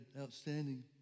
outstanding